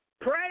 Pray